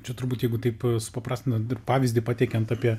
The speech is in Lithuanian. čia turbūt jeigu taip paprastą pavyzdį pateikiant apie